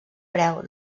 preu